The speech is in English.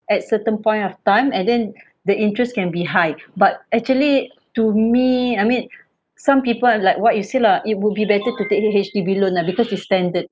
at certain point of time and then the interest can be high but actually to me I mean some people are like what you say lah it will be better to take H_D_B loan ah because it's standard